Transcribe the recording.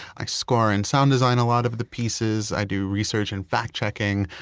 i score and sound design a lot of the pieces. i do research and fact-checking.